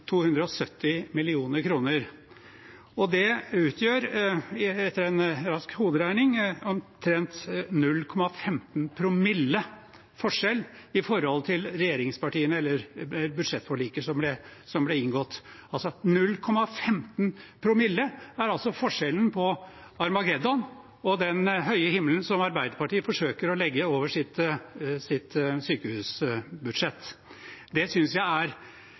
utgjør etter en rask hoderegning en forskjell på omtrent 0,15 promille i forhold til det budsjettforliket som ble inngått mellom regjeringspartiene. 0,15 promille er altså forskjellen på armageddon og den høye himmelen som Arbeiderpartiet forsøker å legge over sitt sykehusbudsjett. Det synes jeg er